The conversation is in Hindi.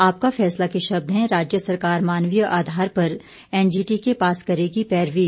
आपका फैसला के शब्द है राज्य सरकार मानवीय आधार पर एनजीटी के पास करेगी पैरवी